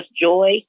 joy